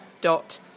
dot